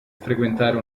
frequentare